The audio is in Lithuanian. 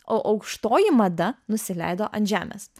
o aukštoji mada nusileido ant žemės